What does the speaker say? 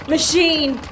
Machine